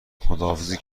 خداحافظی